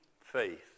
faith